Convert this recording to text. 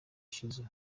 shizzo